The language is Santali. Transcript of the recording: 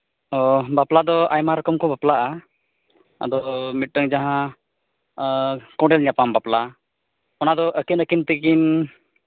ᱚ ᱵᱟᱯᱞᱟ ᱫᱚ ᱟᱭᱢᱟ ᱨᱚᱠᱚᱢ ᱠᱚ ᱵᱟᱯᱞᱟᱜᱼᱟ ᱟᱫᱚ ᱢᱤᱫᱴᱮᱝ ᱡᱟᱦᱟᱸ ᱠᱚᱸᱰᱮᱞ ᱧᱟᱯᱟᱢ ᱵᱟᱯᱞᱟ ᱚᱱᱟ ᱫᱚ ᱟᱹᱠᱤᱱ ᱟᱹᱠᱤᱱ ᱛᱮᱠᱤᱱ